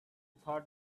thought